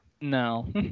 No